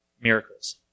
miracles